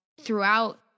throughout